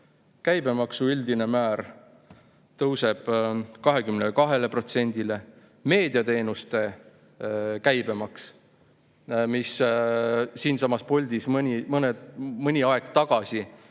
Käibemaksu üldine määr tõuseb 22%‑le. Meediateenuste käibemaks, mis siinsamas puldis mõni aeg tagasi